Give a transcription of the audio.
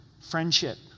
friendship